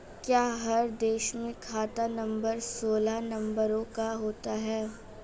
क्या हर देश में खाता नंबर सोलह नंबरों का होता है?